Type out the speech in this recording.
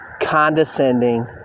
condescending